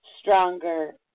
stronger